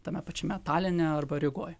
tame pačiame taline arba rygoj